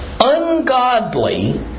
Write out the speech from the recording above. ungodly